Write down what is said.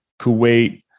Kuwait